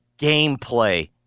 gameplay